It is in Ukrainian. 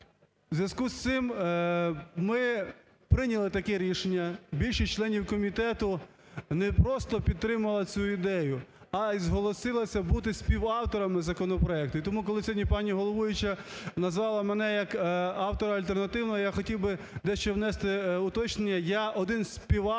У зв'язку з цим ми прийняли таке рішення. Більшість членів комітету не просто підтримали цю ідею, а і зголосилися бути співавторами законопроекти. І тому, коли сьогодні пані головуюча назвала мене як автора альтернативного, я хотів би дещо внести уточнення: я один зі співавторів,